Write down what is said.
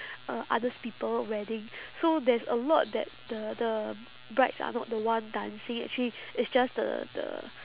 uh other's people wedding so there is a lot that the the brides are not the one dancing actually it's just the the